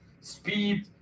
speed